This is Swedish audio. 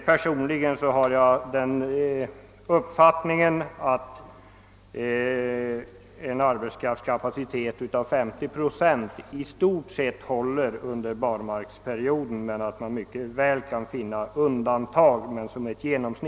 Personligen har jag den uppfattningen att regeln om 50 procent av normalarbetskraftens kapacitet håller under barmarksperioden, även om undantag från denna regel också kan finnas.